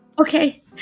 Okay